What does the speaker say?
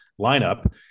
lineup